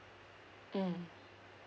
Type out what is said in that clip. mm